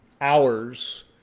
hours